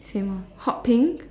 same ah hot pink